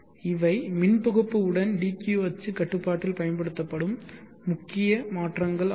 இவை மின் தொகுப்பு உடன் dq அச்சு கட்டுப்பாட்டில் பயன்படுத்தப்படும் முக்கிய மாற்றங்கள் ஆகும்